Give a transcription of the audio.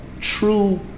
true